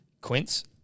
Quince